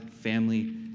family